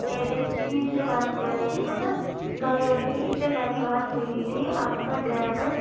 agency سے بات کر رہے ہیں آپ تو یہی اس سے میری بات ہوئی ہوئی تھی آپ کا ڈرائیور